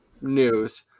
news